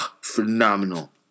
phenomenal